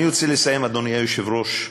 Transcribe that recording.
אדוני היושב-ראש,